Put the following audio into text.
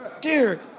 Dear